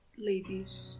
ladies